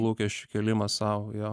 lūkesčių kėlimas sau jo